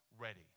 ready